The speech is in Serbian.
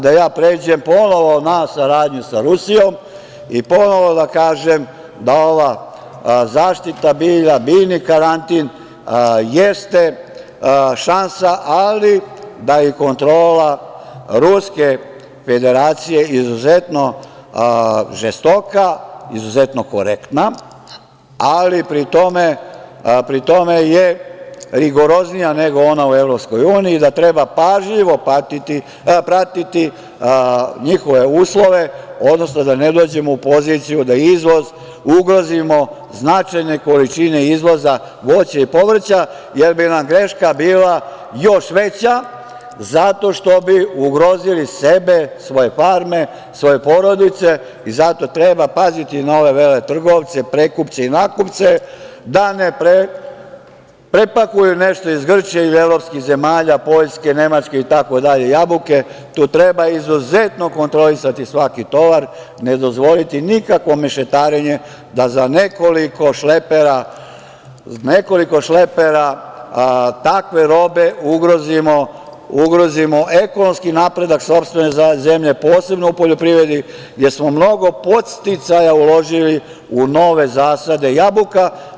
Da ja pređem ponovo na saradnju sa Rusijom, i ponovo da kažem da ova zaštita bilja, biljni karantin, jeste šansa ali da je i kontrola Ruske Federacije izuzetno žestoka, izuzetno korektna, ali pri tome je rigoroznija nego ona u Evropskoj uniji, da treba pažljivo pratiti njihove uslove, odnosno da ne dođemo u poziciju da izvoz ugrozimo, značajne količine izvoza vođa i povrća, jer bi nam greška bila još veća zato što bi ugrozili sebe, svoje farme, svoje porodice i zato treba paziti na ove veletrgovce, prekupce i nakupce da ne prepakuju nešto iz Grčke ili evropskih zemalja, Poljske, Nemačke itd. jabuke, tu treba izuzetno kontrolisati svaki tovar, ne dozvoliti nikakvo mešetarenje da za nekoliko šlepera takve robe ugrozimo ekonomski napredak sopstvene zemlje, posebno u poljoprivredi, jer smo mnogo podsticaja uložili u nove zasade jabuka.